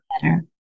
better